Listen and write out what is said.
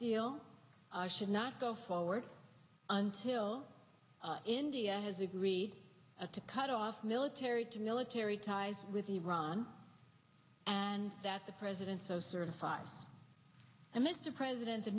deal i should not go forward till india has agreed to cut off military to military ties with iran and that the president so certified and mr president the